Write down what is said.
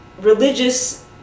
religious